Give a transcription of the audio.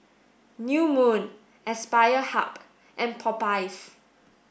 new Moon Aspire Hub and Popeyes